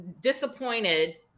disappointed